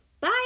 Bye